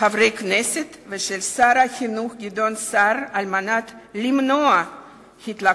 חברי הכנסת ושל שר החינוך גדעון סער על מנת למנוע התלקחות.